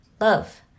love